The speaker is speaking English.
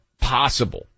possible